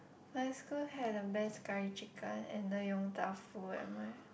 my school had the best curry chicken and the Yong-Tau-Foo at my